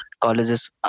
colleges